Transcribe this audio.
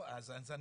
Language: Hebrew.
כן, אז יש לך מודל.